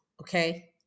okay